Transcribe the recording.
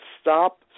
stop